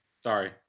Sorry